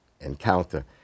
encounter